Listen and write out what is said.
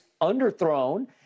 underthrown